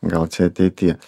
gal čia ateityje